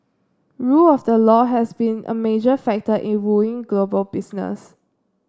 rule of the law has been a major factor in wooing global business